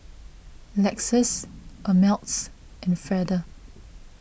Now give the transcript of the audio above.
Lexus Ameltz and Feather